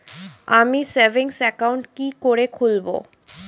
আমি savings account কি করে খুলব?